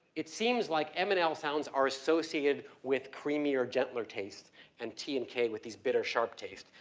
it seems like m and l sounds are associated with creamier, gentler tastes and t and k with these bitter, sharp tastes.